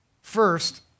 first